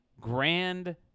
Grand